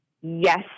Yes